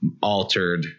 altered